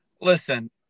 Listen